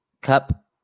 cup